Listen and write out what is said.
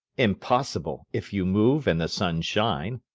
impossible, if you move, and the sun shine.